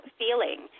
feeling